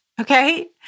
okay